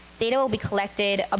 data will be collected, ah